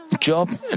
Job